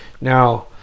Now